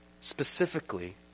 specifically